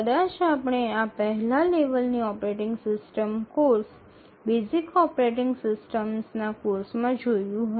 કદાચ આપણે આ પહેલા લેવલની operating system course basic operating સિસ્ટમના કોર્સમાં જોયું હશે